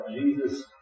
Jesus